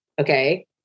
Okay